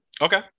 Okay